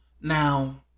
Now